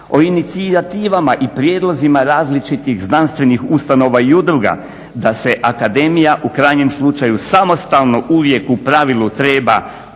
o inicijativama i prijedlozima različitih znanstvenih ustanova i udruga da se akademija u krajnjem slučaju samostalno uvijek u pravilu treba